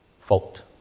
fault